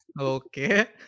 Okay